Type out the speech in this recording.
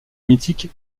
mythique